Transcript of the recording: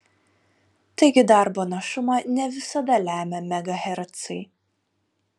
taigi darbo našumą ne visada lemia megahercai